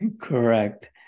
Correct